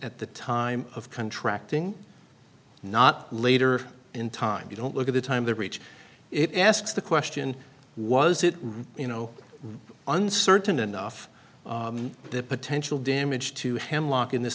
at the time of contracting not later in time you don't look at the time they reach it asks the question was it you know uncertain enough the potential damage to hemlock in this